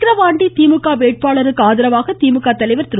விக்கிரவாண்டி திமுக வேட்பாளருக்கு ஆதரவாக திமுக தலைவர் திரு